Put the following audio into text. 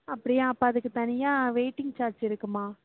அப்படியா அப்போ அதுக்கு தனியாக வெயிட்டிங் சார்ஜ் இருக்குமா